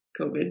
COVID